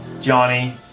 Johnny